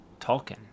Tolkien